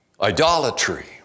Idolatry